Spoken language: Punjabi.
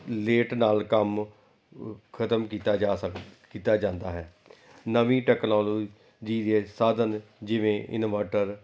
ਲੇਟ ਨਾਲ ਕੰਮ ਖਤਮ ਕੀਤਾ ਜਾ ਸਕੇ ਕੀਤਾ ਜਾਂਦਾ ਹੈ ਨਵੀਂ ਟੈਕਨੋਲੋਜੀ ਦੇ ਸਾਧਨ ਜਿਵੇਂ ਇਨਵਰਟਰ